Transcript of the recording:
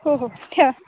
हो हो ठेवा